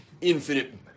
infinite